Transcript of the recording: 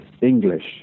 English